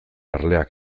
erleak